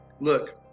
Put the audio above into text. look